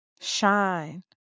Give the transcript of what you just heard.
shine